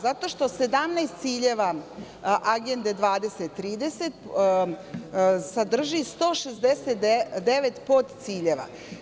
Zato što 17 ciljeva Agende 2030 sadrži 169 podciljeva.